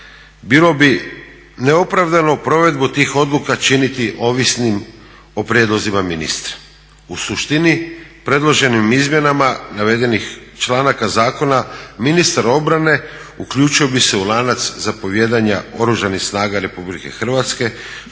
bilo bi neopravdano provedbu tih odluka činiti ovisnim o prijedlozima ministra. U suštini predloženim izmjenama navedenih članaka zakona ministar obrane uključio bi se u lanac zapovijedanja Oružanih snaga RH što